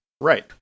Right